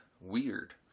Weird